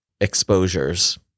exposures